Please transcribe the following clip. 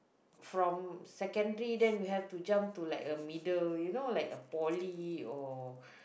from secondary then we have to jump to like a middle you know like a poly or